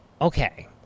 okay